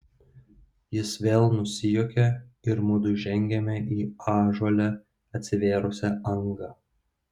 jis vėl nusijuokė ir mudu žengėme į ąžuole atsivėrusią angą